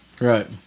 Right